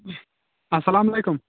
اَسلامُ علیکُم